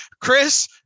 Chris